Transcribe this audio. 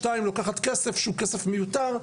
שתיים לוקחת כסף שהוא כסף מיותר.